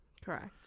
Correct